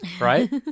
right